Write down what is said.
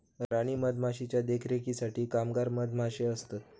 राणी मधमाशीच्या देखरेखीसाठी कामगार मधमाशे असतत